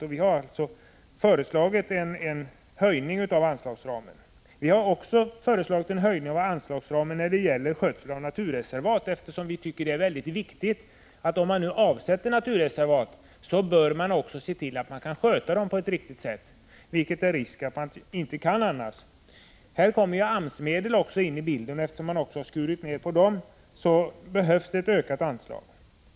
Vi har som sagt föreslagit en höjning av anslagsramen. Vi har också föreslagit en höjning av anslagsramen när det gäller skötsel av naturreservat, eftersom vi tycker att man, om man avsätter områden till naturreservat, också bör se till att kunna sköta dem på ett riktigt sätt. Utan ökade anslag är det risk för att man inte kan göra det. Här kommer även AMS-medel in i bilden, men eftersom man skurit ner också dem behövs ett ökat anslag.